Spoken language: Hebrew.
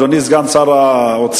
אדוני סגן שר האוצר,